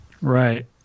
right